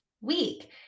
week